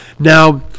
Now